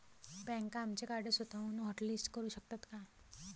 बँका आमचे कार्ड स्वतःहून हॉटलिस्ट करू शकतात का?